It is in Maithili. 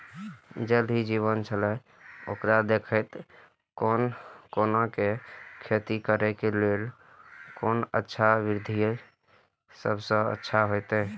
ज़ल ही जीवन छलाह ओकरा देखैत कोना के खेती करे के लेल कोन अच्छा विधि सबसँ अच्छा होयत?